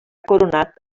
coronat